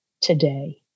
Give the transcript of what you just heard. today